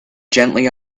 gently